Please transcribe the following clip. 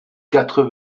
quatre